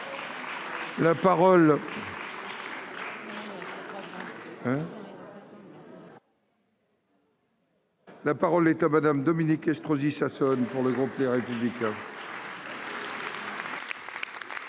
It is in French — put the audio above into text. La parole est à Madame Dominique Estrosi. Sonne pour le groupe Les Républicains.